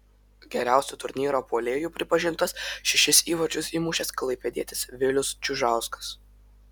geriausiu turnyro puolėju pripažintas šešis įvarčius įmušęs klaipėdietis vilius čiužauskas